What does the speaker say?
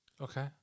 Okay